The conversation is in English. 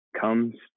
comes